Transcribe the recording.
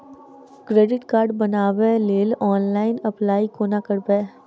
Credit card बनाबै लेल online apply कोना करबै?